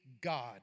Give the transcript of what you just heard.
God